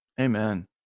Amen